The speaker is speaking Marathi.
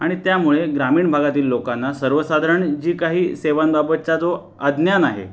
आणि त्यामुळे ग्रामीण भागातील लोकांना सर्वसाधारण जी काही सेवांबाबतचा जो अज्ञान आहे